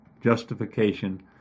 justification